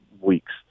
weeks